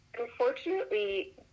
unfortunately